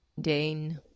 Dane